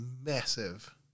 massive